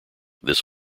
this